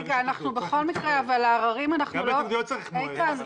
בכל דבר צריך מועד.